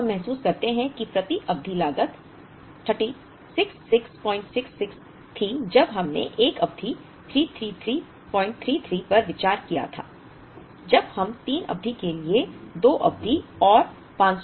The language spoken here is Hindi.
अब हम महसूस करते हैं कि प्रति अवधि लागत 36666 थी जब हमने 1 अवधि 33333 पर विचार किया था जब हम 3 अवधि के लिए 2 अवधि और 500 मानते थे